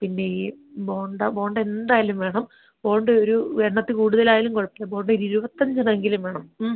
പിന്നെ ഈ ബോണ്ട ബോണ്ട എന്തായാലും വേണം ബോണ്ട ഒരു എണ്ണത്തിൽ കൂടുതലായാലും കുഴപ്പമില്ല ബോണ്ട ഒരു ഇരുപത്തി അഞ്ചെണ്ണം എങ്കിലും വേണം മ്